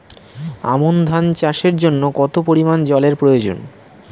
আমন ধান চাষের জন্য কত পরিমান জল এর প্রয়োজন?